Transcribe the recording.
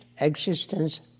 existence